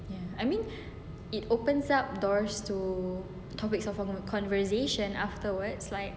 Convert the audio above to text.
I mean it opens up doors to topics of con~ conversation afterwards like